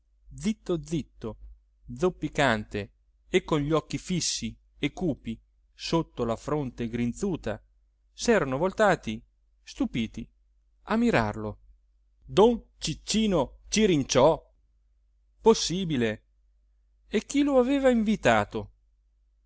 zitto zitto zoppicante e con gli occhi fissi e cupi sotto la fronte grinzuta serano voltati stupiti a mirarlo don ciccino cirinciò possibile e chi lo aveva invitato